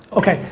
okay,